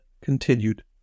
continued